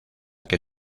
que